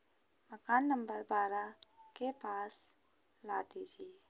मकान नम्बर बारह के पास ला दीजिए